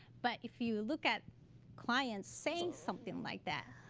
but if you look at clients saying something like that,